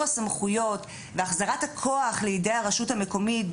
הסמכויות והחזרת הכוח לידי הרשות המקומית,